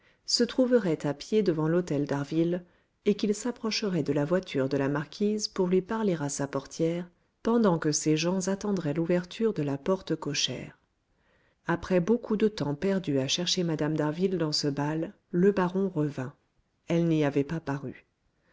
se trouverait à pied devant l'hôtel d'harville et qu'il s'approcherait de la voiture de la marquise pour lui parler à sa portière pendant que ses gens attendraient l'ouverture de la porte cochère après beaucoup de temps perdu à chercher mme d'harville dans ce bal le baron revint elle n'y avait pas paru